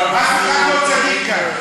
ואנחנו, אף אחד לא צדיק כאן.